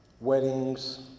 weddings